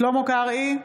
שלמה קרעי,